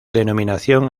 denominación